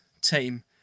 team